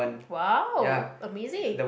!wow! amazing